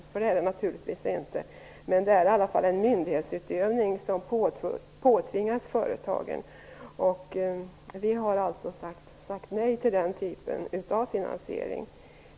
Det är det naturligtvis inte fråga om, men det är i alla fall fråga om en myndighetsutövning som påtvingas företagen. Vi har alltså sagt nej till den typen av finansiering.